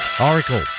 Oracle